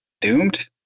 doomed